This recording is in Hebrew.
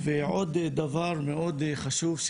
מאוד חשוב,